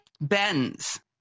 bends